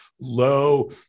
low